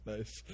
Nice